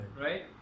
Right